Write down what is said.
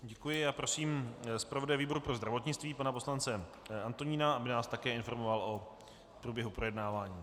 Děkuji a prosím zpravodaje výboru pro zdravotnictví pana poslance Antonína, aby nás také informoval o průběhu projednávání.